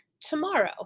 Tomorrow